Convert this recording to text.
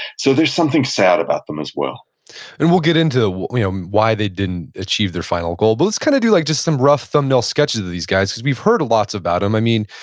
so there's something sad about them as well and we'll get into why they didn't achieve their final goal, but let's kind of do like just some rough thumbnail sketches of these guys, because we've heard lots about them. i mean,